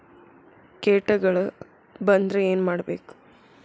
ಕೇಟಗಳ ಬಂದ್ರ ಏನ್ ಮಾಡ್ಬೇಕ್?